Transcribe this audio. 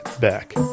back